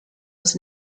was